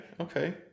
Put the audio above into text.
Okay